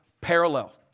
parallel